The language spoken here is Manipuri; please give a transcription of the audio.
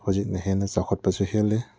ꯍꯧꯖꯤꯛꯅ ꯍꯦꯟꯅ ꯆꯥꯎꯈꯠꯄꯁꯨ ꯍꯦꯜꯂꯤ